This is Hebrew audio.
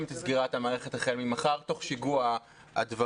את סגירת המערכת החל ממחר תוך שיגוע הדברים.